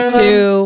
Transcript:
two